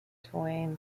twain